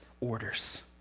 orders